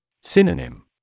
Synonym